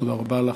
תודה רבה לך.